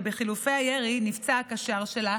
ובחילופי הירי נפצע הקשר שלה.